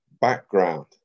background